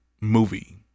movie